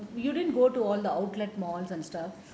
you didn't go to the outlet malls and stuff